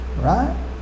Right